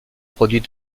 produit